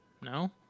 No